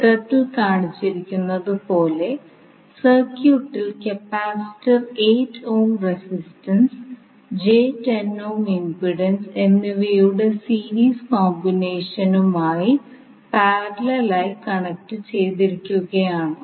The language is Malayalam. ചിത്രത്തിൽ കാണിച്ചിരിക്കുന്നതുപോലെ സർക്യൂട്ടിൽ capacitor 8 ohm resistance j 10 ohm impedance എന്നിവയുടെ സീരീസ് കോമ്പിനേഷനുമായി പാരലൽ ആയി കണക്ട് ചെയ്തിരിക്കുകയാണ്